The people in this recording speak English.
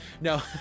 No